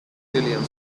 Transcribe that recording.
sicilian